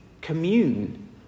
commune